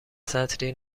سطری